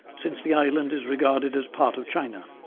since the island is regarded as part of china.